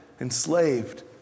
enslaved